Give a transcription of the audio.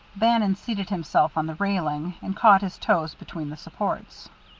bannon seated himself on the railing, and caught his toes between the supports.